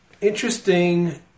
interesting